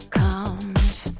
comes